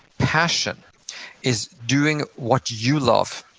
passion is doing what you love,